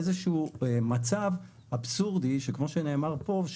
איזשהו מצב אבסורדי שכמו שנאמר פה,